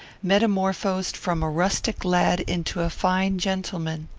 metamorphosed from a rustic lad into a fine gentleman.